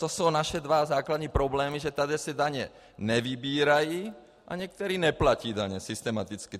To jsou naše dva základní problémy, že tady se daně nevybírají a někteří neplatí systematicky daně.